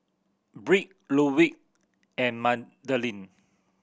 Britt Ludwig and Madilyn